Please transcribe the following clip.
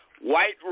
White